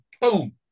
boom